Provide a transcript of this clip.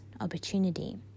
opportunity